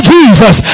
Jesus